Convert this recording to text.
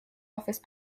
office